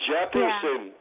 Jefferson